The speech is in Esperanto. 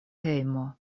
hejmo